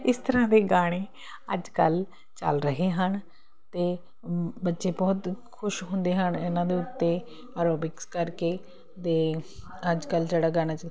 ਇਸ ਤਰ੍ਹਾਂ ਦੇ ਗਾਣੇ ਅੱਜ ਕੱਲ ਚੱਲ ਰਹੇ ਹਨ ਤੇ ਬੱਚੇ ਬਹੁਤ ਖੁਸ਼ ਹੁੰਦੇ ਹਨ ਇਹਨਾਂ ਦੇ ਉੱਤੇ ਆਰੋਬਿਕਸ ਕਰਕੇ ਤੇ ਅੱਜ ਕੱਲ ਜਿਹੜਾ ਗਾਣਾ ਸੀ